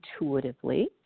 intuitively